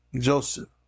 Joseph